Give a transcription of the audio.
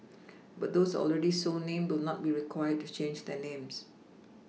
but those already so named will not be required to change their names